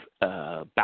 back